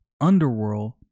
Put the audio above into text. underworld